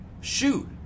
shoot